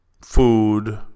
food